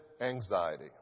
anxiety